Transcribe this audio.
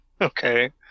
Okay